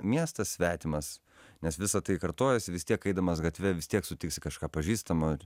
miestas svetimas nes visa tai kartojasi vis tiek eidamas gatve vis tiek sutiksi kažką pažįstamo